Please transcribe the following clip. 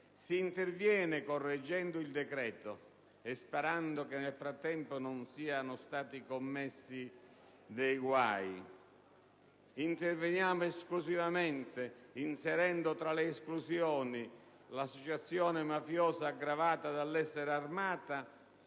si interviene correggendo il decreto-legge (sperando che, nel frattempo, non siano stati commessi dei guai), ma si interviene solamente inserendo tra le esclusioni l'associazione mafiosa aggravata dall'essere armata